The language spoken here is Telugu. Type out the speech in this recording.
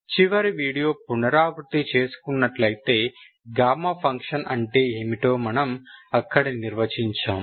చివరి వీడియో పునరావృత్తి చేసుకున్నట్లయితే గామా ఫంక్షన్ అంటే ఏమిటో మనము అక్కడ నిర్వచించాము